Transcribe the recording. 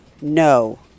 No